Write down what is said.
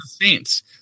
Saints